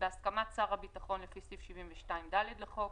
בהסכמת שר הביטחון לפי סעיף 72(ד) לחוק,